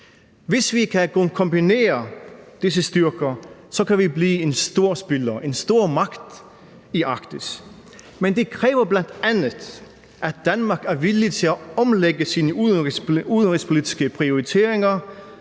Hvis vi kan kombinere disse styrker, kan vi blive en stor spiller, en stormagt i Arktis, men det kræver bl.a., at Danmark er villige til at omlægge sine udenrigspolitiske prioriteringer